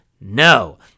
No